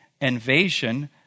invasion